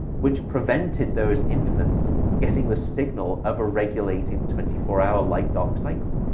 which prevented those infants getting the signal of a regulating twenty four hour light-dark cycle.